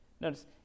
Notice